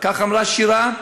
כך אמרה שירה,